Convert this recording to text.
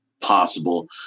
possible